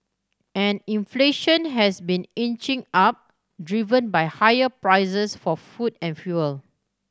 and inflation has been inching up driven by higher prices for food and fuel